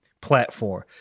platform